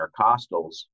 intercostals